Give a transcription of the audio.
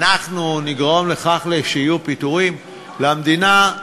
אנחנו נגרום לכך שיהיו פיטורים, למדינה,